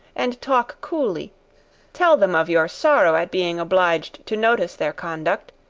and talk coolly tell them of your sorrow at being obliged to notice their conduct,